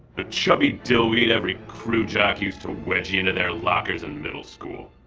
the chubby dillweed every crew jock used to wedgie into their lockers in middle school.